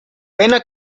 pena